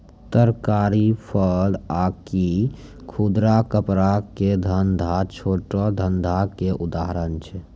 तरकारी, फल आकि खुदरा कपड़ा के धंधा छोटो धंधा के उदाहरण छै